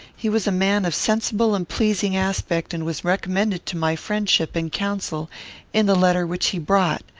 he was a man of sensible and pleasing aspect, and was recommended to my friendship and counsel in the letter which he brought.